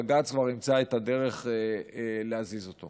בג"ץ כבר ימצא את הדרך להזיז אותו.